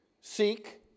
seek